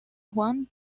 juan